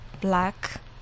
black